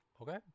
Okay